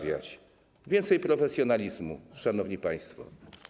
Więcej profesjonalizmu, szanowni państwo.